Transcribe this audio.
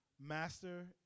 master